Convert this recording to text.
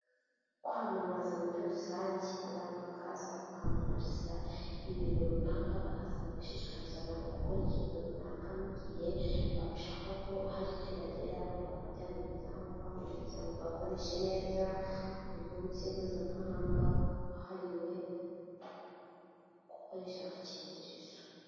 Kwamamaza muri rusange. Abantu bakaza bakamamariza ibintu runaka, bakaza bagashishikariza abantu gukora ikintu runaka mu igihe bashaka ko hari icyo bageraho, bakabyamamaza nko kwamamariza ngo bakoreshe neza, umunsi mpuzamahanga wahariwe gukoresha agakingirizo.